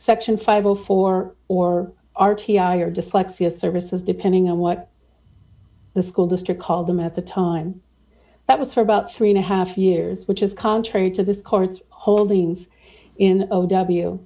section five hundred and four or r t i or dyslexia services depending on what the school district called them at the time that was for about three and a half years which is contrary to this court's holding in o w